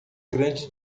grande